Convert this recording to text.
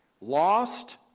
lost